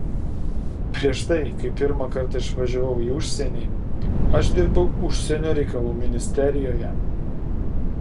prieš tai kai pirmą kartą išvažiavau į užsienį aš dirbau užsienio reikalų ministerijoje